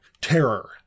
terror